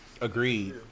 Agreed